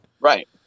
right